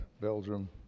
Belgium